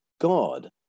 God